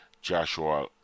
Joshua